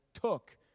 took